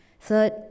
Third